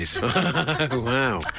Wow